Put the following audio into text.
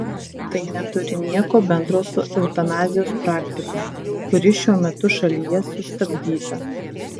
tai neturi nieko bendro su eutanazijos praktika kuri šiuo metu šalyje sustabdyta